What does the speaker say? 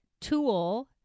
tool